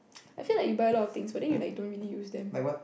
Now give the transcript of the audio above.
I feel like you buy a lot of things but then you like don't really use them